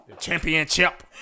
Championship